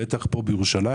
בטח כאן בירושלים